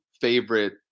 favorite